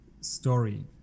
story